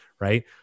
right